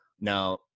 Now